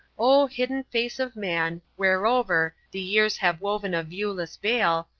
o hidden face of man, whereover the years have woven a viewless veil,